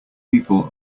people